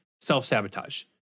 self-sabotage